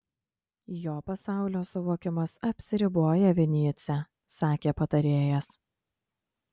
jo pasaulio suvokimas apsiriboja vinycia sakė patarėjas